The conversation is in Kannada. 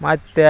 ಮತ್ತು